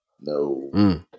No